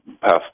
past